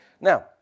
Now